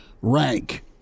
rank